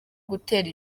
gutera